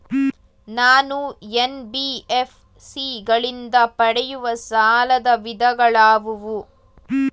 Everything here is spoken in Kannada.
ನಾನು ಎನ್.ಬಿ.ಎಫ್.ಸಿ ಗಳಿಂದ ಪಡೆಯುವ ಸಾಲದ ವಿಧಗಳಾವುವು?